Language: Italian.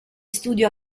studio